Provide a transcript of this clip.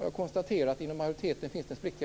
Jag konstaterar att det inom majoriteten finns en spricka.